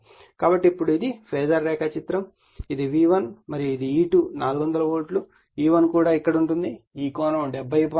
కాబట్టి ఇప్పుడు ఇది ఫాజర్ రేఖాచిత్రం ఇది V1 మరియు ఇది E2 400 వోల్ట్లు E1 కూడా ఇక్కడ ఉంది మరియు ఈ కోణం 70